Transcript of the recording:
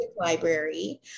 library